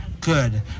good